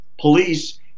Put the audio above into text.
police